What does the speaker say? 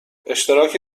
اشتراک